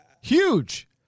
Huge